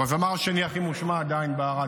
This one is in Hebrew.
הוא הזמר השני הכי מושמע ברדיו,